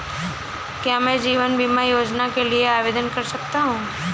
क्या मैं जीवन बीमा योजना के लिए आवेदन कर सकता हूँ?